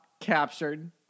captured